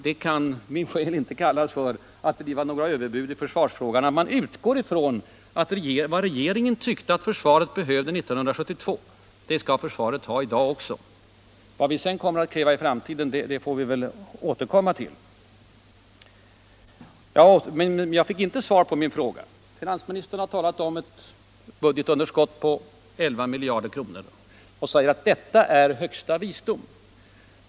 Det kan min själ inte kallas att driva några överbud i försvarsfrågan, när man utgår ifrån att vad regeringen tyckte att försvaret behövde 1972, det skall försvaret ha i dag också. Vad vi sedan kommer att kräva i framtiden får vi väl återkomma till. Jag fick inte svar på min fråga. Finansministern har talat om ett budgetunderskott på 11 miljarder kronor och säger att detta är högsta visdom.